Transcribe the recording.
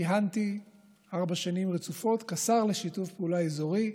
כיהנתי ארבע שנים רצופות כשר לשיתוף פעולה אזורי.